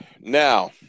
Now